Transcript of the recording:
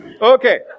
Okay